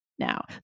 Now